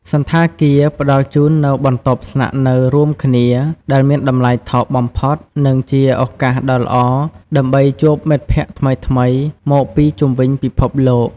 សណ្ឋាគារ ផ្តល់ជូននូវបន្ទប់ស្នាក់នៅរួមគ្នា ដែលមានតម្លៃថោកបំផុត និងជាឱកាសដ៏ល្អដើម្បីជួបមិត្តភក្តិថ្មីៗមកពីជុំវិញពិភពលោក។